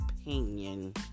opinion